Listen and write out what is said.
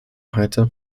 heute